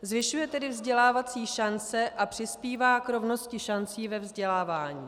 Zvyšuje tedy vzdělávací šance a přispívá k rovnosti šancí ve vzdělávání.